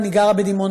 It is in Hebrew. אני גרה בדימונה,